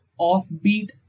offbeat